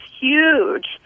huge